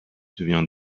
devient